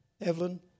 Evelyn